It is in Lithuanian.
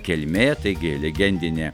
kilmė taigi legendinė